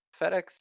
FedEx